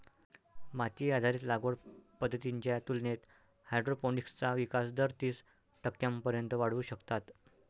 माती आधारित लागवड पद्धतींच्या तुलनेत हायड्रोपोनिक्सचा विकास दर तीस टक्क्यांपर्यंत वाढवू शकतात